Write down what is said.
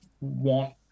want